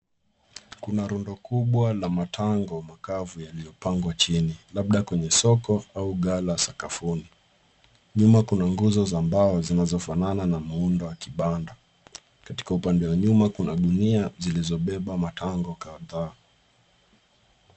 Kuna rundu kubwa matango makafu yaliopangwa jini labda kwenye soko au gaa la sakafuni, nyuma kuna nguzo za mbao zinazofanana na muundo wa kipanda katika upande wa nyuma ngunia zilizopepa matango kadhaa.